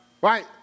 Right